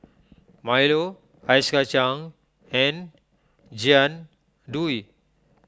Milo Ice Kachang and Jian Dui